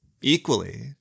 Equally